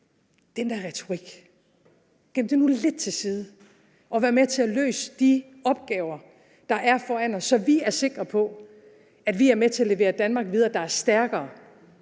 den der retorik lidt til side, og vær med til at løse de opgaver, der er foran os, så vi er sikre på, at vi er med til at levere et Danmark videre, der er stærkere,